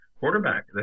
quarterback